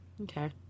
Okay